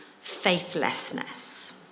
faithlessness